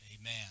amen